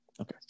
okay